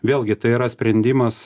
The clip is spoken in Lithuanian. vėlgi tai yra sprendimas